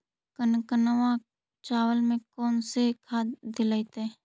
कनकवा चावल में कौन से खाद दिलाइतै?